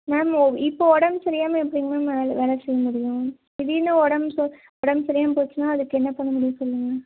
ma'am ஓ இப்போ உடம்பு சரியாமல் எப்படி மேம் வேலை வேலை செய்ய முடியும் திடீரெனு உடம்பு உடம்பு சரியாமல் போச்சுன்னா அதுக்கு என்ன பண்ண முடியும் சொல்லுங்க